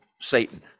Satan